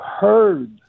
heard